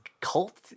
cult